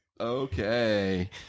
Okay